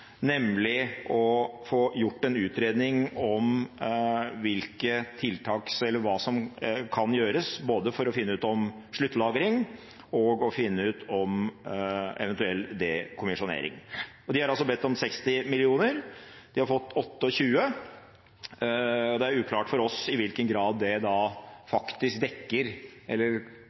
nemlig å få gjort en utredning av hva som kan gjøres både for å finne ut om sluttlagring og å finne ut om eventuell dekommisjonering. De har bedt om 60 mill. kr, de har fått 28 mill. kr, og det er uklart for oss i hvilken grad det faktisk